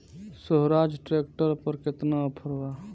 सोहराज tractor पर केतना offer बा?